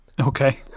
Okay